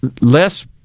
less